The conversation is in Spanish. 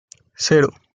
cero